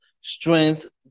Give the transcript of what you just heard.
strength